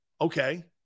Okay